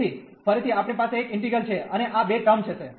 તેથી ફરીથી આપણી પાસે એક ઈન્ટિગ્રલ છે અને આ બે ટર્મ હશે